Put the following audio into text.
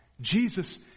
Jesus